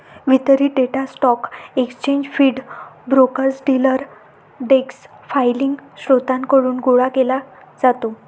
वितरित data stock exchange feed, brokers, dealer desk filing स्त्रोतांकडून गोळा केला जातो